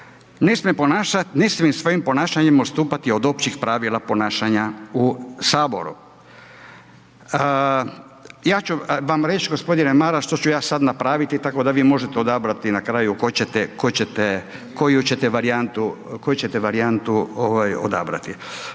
smije svojim ponašanjem odstupati od općih pravila ponašanja u HS. Ja ću vam reć g. Maras što ću ja sad napraviti, tako da vi možete odabrati na kraju koju ćete varijantu odabratu.